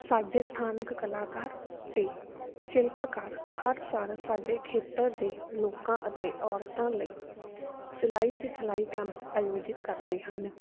ਸਾਡੇ ਸਥਾਨਕ ਕਲਾਕਾਰ ਅਤੇ ਸ਼ਿਲਪਕਾਰ ਹਰ ਸਾਲ ਸਾਡੇ ਖੇਤਰ ਦੇ ਲੋਕਾਂ ਅਤੇ ਔਰਤਾਂ ਲਈ ਸਿਲਾਈ ਸਿਖਲਾਈ ਕੈਂਪ ਆਯੋਜਿਤ ਕਰਦੇ ਹਨ